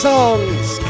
Songs